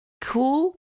Cool